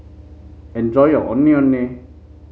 enjoy your Ondeh Ondeh